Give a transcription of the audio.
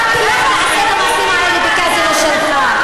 אתה תלך, בקזינו שלך.